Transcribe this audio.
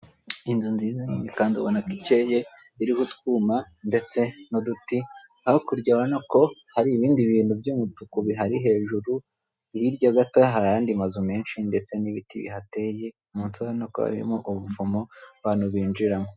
Inzu nziza nini kandi ubona ko ikeya iririho utwuma ndetse n'uduti hakurya urabona ko hari ibindi bintu by'umutuku bihari hejuru hirya agato hari ayandi mazu menshi ndetse n'ibiti bihateye munsi urabona ko harimo ubuvumo abantu binjiramo.